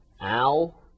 Al